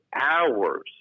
hours